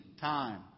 time